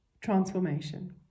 Transformation